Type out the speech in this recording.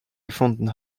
gefunden